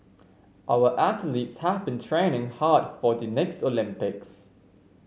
our athletes have been training hard for the next Olympics